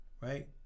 right